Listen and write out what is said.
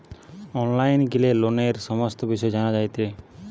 online গিলে লোনের সমস্ত বিষয় জানা যায়টে